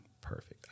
Perfect